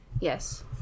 Yes